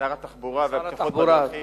התחבורה והבטיחות בדרכים